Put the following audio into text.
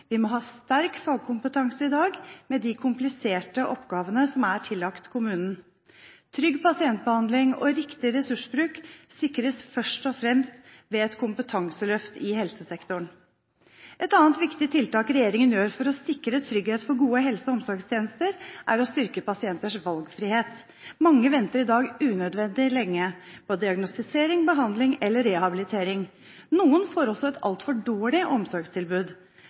Vi må ha sterk fagkompetanse i dag med de kompliserte oppgavene som er tillagt kommunen.» Trygg pasientbehandling og riktig ressursbruk sikres først og fremst ved et kompetanseløft i helsesektoren. Et annet viktig tiltak regjeringen gjør for å sikre trygghet for gode helse- og omsorgstjenester, er å styrke pasienters valgfrihet. Mange venter i dag unødvendig lenge på diagnostisering, behandling eller rehabilitering. Noen får også et altfor dårlig omsorgstilbud.